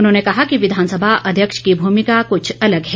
उन्होंने कहा कि विधानसभा अध्यक्ष की भूमिका कुछ अलग है